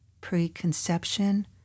preconception